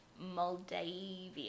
Moldavia